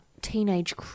Teenage